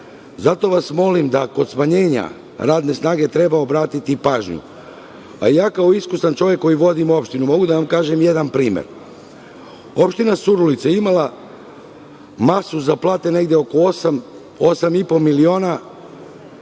vas molim da kod smanjenja radne snage treba obratiti pažnju, a kao iskusan čovek koji vodim opštinu, mogu da vam kažem jedan primer. Opština Surdulica je imala masu za platu negde oko 8 do 8,5 miliona